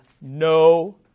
no